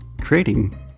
creating